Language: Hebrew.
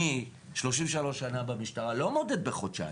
אני 33 שנה במשטרה, לא מודד בחודשיים.